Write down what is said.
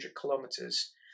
kilometers